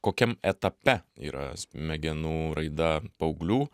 kokiam etape yra smegenų raida paauglių